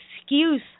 excuse